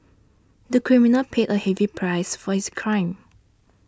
the criminal paid a heavy price for his crime